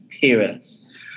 parents